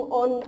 on